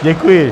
Děkuji.